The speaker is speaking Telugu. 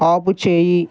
ఆపుచేయి